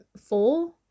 four